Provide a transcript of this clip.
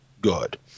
good